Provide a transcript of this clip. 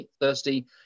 thirsty